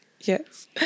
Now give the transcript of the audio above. yes